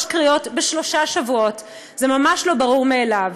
קריאות בשלושה שבועות זה ממש לא ברור מאליו.